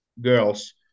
girls